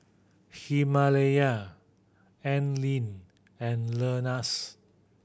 Himalaya Anlene and Lenas